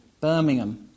Birmingham